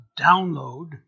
download